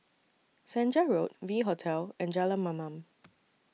Senja Road V Hotel and Jalan Mamam